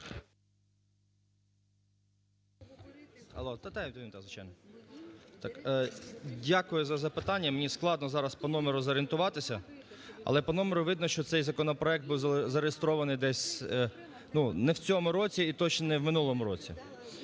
Дякую за запитання. Мені складно зараз по номеру зорієнтуватися, але по номеру видно, що цей законопроект був зареєстрований десь, ну, не в цьому році і точно не в минулому році.